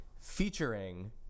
Featuring